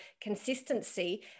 consistency